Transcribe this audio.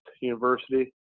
university